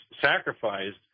sacrificed